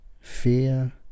fear